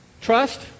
Trust